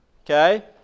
okay